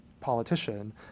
politician